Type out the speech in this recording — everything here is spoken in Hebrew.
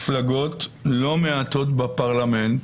לא מעטות בפרלמנט,